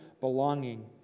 belonging